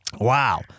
Wow